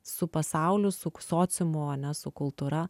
su pasauliu su sociumu ane su kultūra